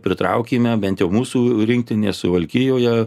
pritraukėme bent jau mūsų rinktinė suvalkijoje